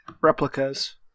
replicas